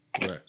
Right